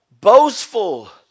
boastful